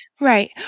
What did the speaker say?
Right